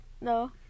No